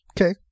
Okay